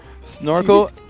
snorkel